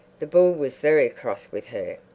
the bull was very cross with her.